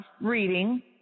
reading